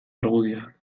argudioak